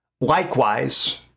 Likewise